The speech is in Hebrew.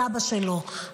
הסבא שלו,